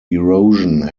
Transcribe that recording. erosion